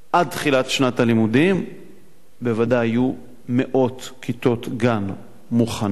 עד תחילת שנת הלימודים בוודאי יהיו מאות כיתות גן מוכנות.